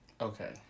Okay